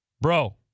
Bro